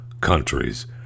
countries